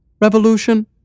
Revolution